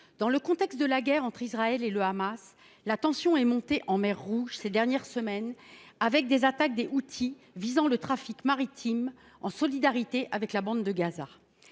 Dans le contexte de la guerre entre Israël et le Hamas, la tension est montée en mer Rouge ces dernières semaines avec des attaques des Houthis visant le trafic maritime, en solidarité avec la bande de Gaza.